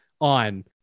on